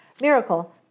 miracle